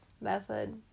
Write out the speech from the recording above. method